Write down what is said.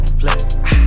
flip